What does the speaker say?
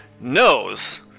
knows